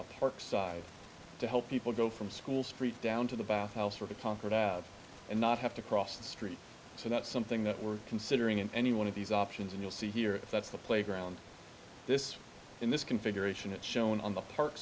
the park side to help people go from school street down to the bath house or to conquer dad and not have to cross the street so that's something that we're considering and any one of these options and you'll see here if that's the playground this in this configuration it's shown on the park